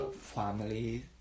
family